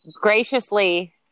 graciously